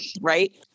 right